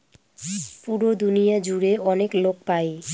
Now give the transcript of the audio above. পুরো দুনিয়া জুড়ে অনেক লোক পাই